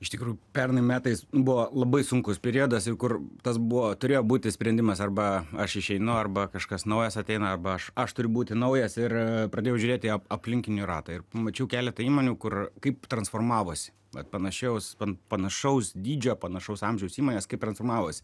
iš tikrųjų pernai metais buvo labai sunkus periodas ir kur tas buvo turėjo būti sprendimas arba aš išeinu arba kažkas naujas ateina arba aš aš turiu būti naujas ir pradėjau žiūrėti aplinkinių ratą ir pamačiau keletą įmonių kur kaip transformavosi vat panašio panašaus dydžio panašaus amžiaus įmonės kaip transformavosi